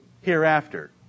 hereafter